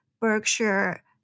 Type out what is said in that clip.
Berkshire